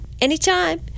Anytime